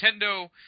Nintendo